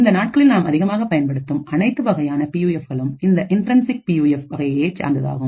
இந்த நாட்களில் நாம் அதிகமாக பயன்படுத்தும் அனைத்து வகையான பியூஎஃப்களும் இந்த இன்டர்ன்சிக் பியூஎஃப் வகையியையே சார்ந்ததாகும்